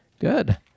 good